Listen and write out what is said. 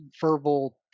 Verbal